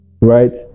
right